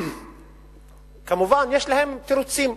כמובן, יש להם תירוצים,